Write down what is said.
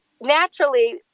naturally